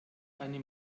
eine